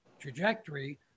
trajectory